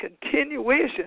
continuation